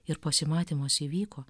ir pasimatymas įvyko